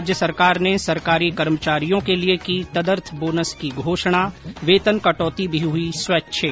राज्य सरकार ने सरकारी कर्मचारियों के लिए की तदर्थ बोनस की घोषणा वेतन कटौती भी हई स्वैच्छिक